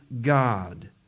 God